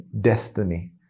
destiny